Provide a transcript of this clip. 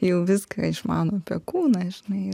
jau viską išmano apie kūną žinai